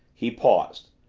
he paused.